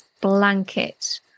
blanket